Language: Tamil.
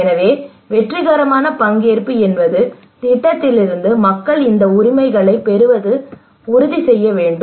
எனவே வெற்றிகரமான பங்கேற்பு என்பது திட்டத்திலிருந்து மக்கள் இந்த உரிமைகளைப் பெறுவதை உறுதிசெய்ய வேண்டும்